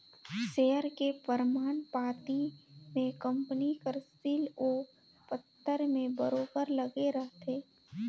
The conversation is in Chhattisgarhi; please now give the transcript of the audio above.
सेयर के परमान पाती में कंपनी कर सील ओ पतर में बरोबेर लगे रहथे